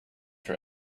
for